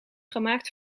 gemaakt